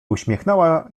uśmiechnęła